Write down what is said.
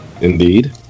Indeed